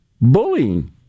bullying